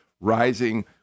rising